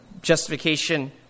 Justification